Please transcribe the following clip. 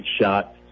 shot